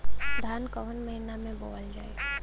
धान कवन महिना में बोवल जाई?